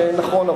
שנכון,